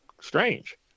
strange